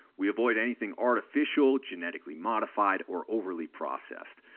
we avoid anything artificial, genetically modified or overly processed.